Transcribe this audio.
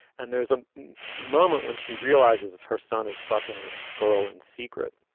and there's a moment when she realizes it's her son is fucking this girl in secret.